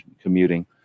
commuting